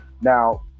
now